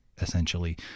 essentially